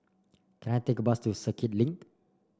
can I take a bus to Circuit Link